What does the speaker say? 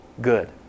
good